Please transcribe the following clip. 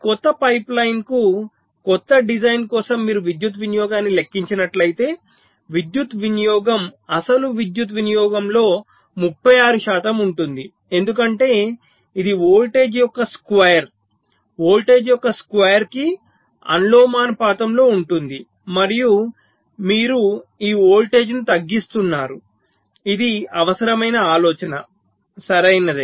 ఈ కొత్త పైప్లైన్ కు కొత్త డిజైన్ కోసం మీరు విద్యుత్ వినియోగాన్ని లెక్కించినట్లయితే విద్యుత్ వినియోగం అసలు విద్యుత్ వినియోగంలో 36 శాతం ఉంటుంది ఎందుకంటే ఇది వోల్టేజ్ యొక్క స్క్వేర్ వోల్టేజ్ యొక్క స్క్వేర్ కి అనులోమానుపాతంలో ఉంటుంది మరియు మీరు ఈ వోల్టేజ్ను తగ్గిస్తున్నారు ఇది అవసరమైన ఆలోచన సరియైనది